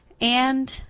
and.